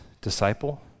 disciple